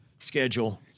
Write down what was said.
schedule